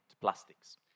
plastics